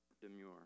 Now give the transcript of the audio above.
demure